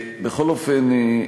בכל אופן,